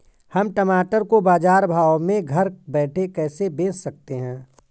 हम टमाटर को बाजार भाव में घर बैठे कैसे बेच सकते हैं?